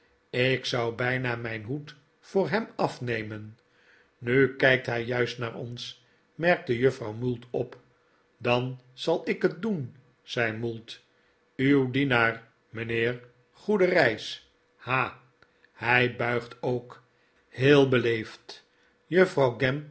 ik zou bijna mijn hoed voor hem afnemen nu kijkt hij juist naar ons merkte juffrouw mould op dan zal ik het doen zei mould uw dienaar mijnheer goede reis ha hij buigt ook heel beleefd juffrouw